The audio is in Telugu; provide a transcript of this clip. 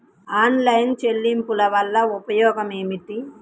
ఆన్లైన్ చెల్లింపుల వల్ల ఉపయోగమేమిటీ?